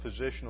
positional